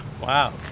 Wow